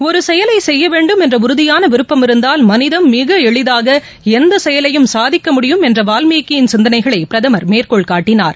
ஒரு செயலை செய்யவேண்டும் என்ற உறுதியான விருப்பம் இருந்தால் மனிதம் மிக எளிதாக எந்த செயலையும் சாதிக்க முடியும் என்ற வால்மீகியின் சிந்தனைகளை பிரதமர் மேற்கோள் காட்டினார்